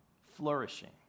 flourishing